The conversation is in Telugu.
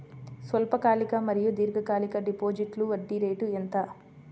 స్వల్పకాలిక మరియు దీర్ఘకాలిక డిపోజిట్స్లో వడ్డీ రేటు ఎంత?